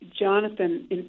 Jonathan